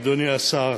אדוני השר,